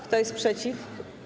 Kto jest przeciw?